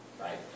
Right